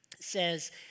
says